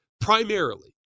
primarily